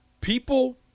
People